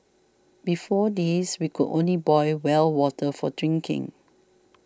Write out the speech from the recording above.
before this we could only boil well water for drinking